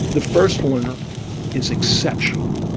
the first learner is exceptional.